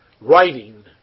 writing